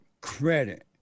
credit